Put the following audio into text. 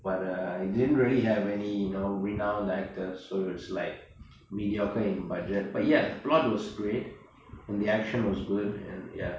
but I didn't really have any you know renowned actors so it's like mediocre in budget but yet the plot was great and the action was going and ya